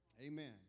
Amen